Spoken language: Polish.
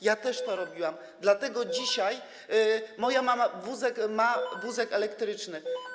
Ja też to robiłam, dlatego dzisiaj moja mama ma wózek elektryczny.